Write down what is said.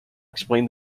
explain